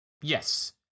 Yes